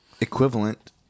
equivalent